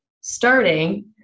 starting